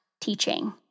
teaching